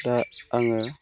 दा आङो